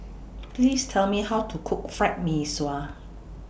Please Tell Me How to Cook Fried Mee Sua